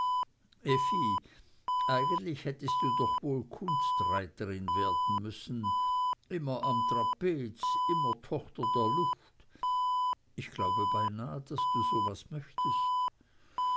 eigentlich hättest du doch wohl kunstreiterin werden müssen immer am trapez immer tochter der luft ich glaube beinah daß du so was möchtest